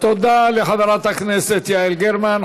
תודה לחברת הכנסת יעל גרמן.